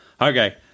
okay